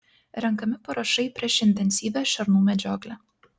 renkami parašai prieš intensyvią šernų medžioklę